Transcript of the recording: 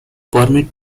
permit